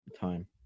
time